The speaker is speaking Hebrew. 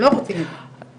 הם לא רוצים את זה.